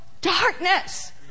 darkness